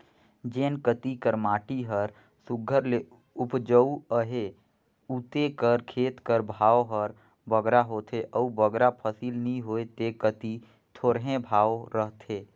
जेन कती कर माटी हर सुग्घर ले उपजउ अहे उते कर खेत कर भाव हर बगरा होथे अउ बगरा फसिल नी होए ते कती थोरहें भाव रहथे